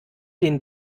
den